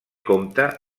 compte